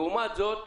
לעומת זאת,